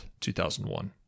2001